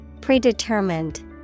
Predetermined